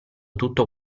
tutto